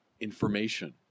information